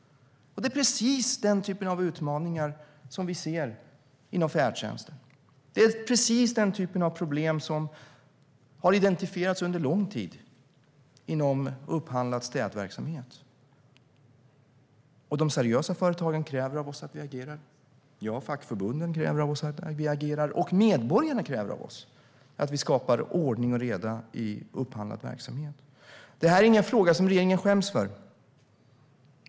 Det är precis denna typ av utmaningar vi ser inom färdtjänsten. Det är precis den typen av problem som har identifierats under lång tid inom upphandlad städverksamhet. De seriösa företagen och fackförbunden kräver av oss att vi agerar, och medborgarna kräver av oss att vi skapar ordning och reda i upphandlad verksamhet. Regeringen skäms inte för denna fråga.